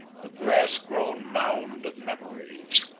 the grass-grown mound of memories.